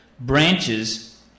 branches